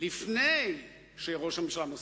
לפני שראש הממשלה נוסע,